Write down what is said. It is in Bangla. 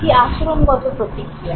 এটি আচরণগত প্রতিক্রিয়া